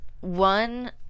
one